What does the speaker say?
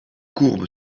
courbe